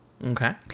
Okay